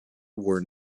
were